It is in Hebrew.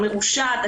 המרושעת,